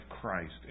Christ